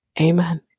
amen